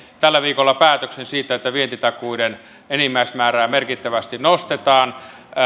tällä viikolla päätöksen siitä että vientitakuiden enimmäismäärää merkittävästi nostetaan